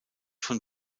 von